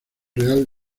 real